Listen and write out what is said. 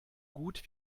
gut